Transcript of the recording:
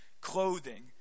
clothing